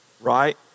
right